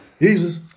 Jesus